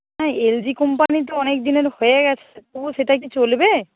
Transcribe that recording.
হ্যাঁ L G company তো অনেক দিনের হয়ে তবু সেটা কি চলবে